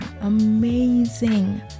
amazing